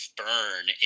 burn